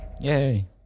Yay